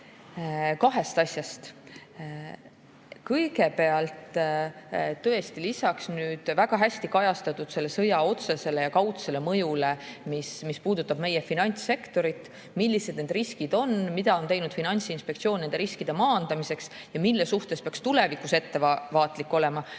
kahest asjast. Kõigepealt, tõesti, väga hästi sai kajastatud sõja otsene ja kaudne mõju, mis puudutab meie finantssektorit, millised on riskid, mida on teinud Finantsinspektsioon nende riskide maandamiseks ja mille suhtes peaks tulevikus ettevaatlik olema,